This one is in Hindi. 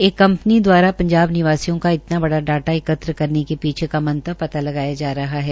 एक कंपनी द्वारा पंजाब निवासियों का इतना बड़ा डाटा एकत्र करने के पीछे का मंतव पताल लगाया जा रहा है